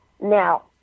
Now